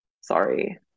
sorry